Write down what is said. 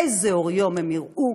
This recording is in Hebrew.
איזה אור יום הם יראו,